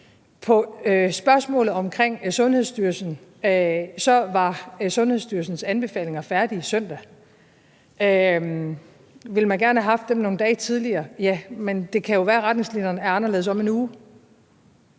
Til spørgsmålet om Sundhedsstyrelsen: Sundhedsstyrelsens anbefalinger var færdige søndag. Ville man gerne have haft dem nogle dage tidligere? Ja, men det kan jo være, at retningslinjerne er anderledes om en uge.